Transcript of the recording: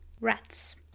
Rats